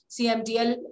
CMDL